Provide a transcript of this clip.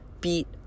beat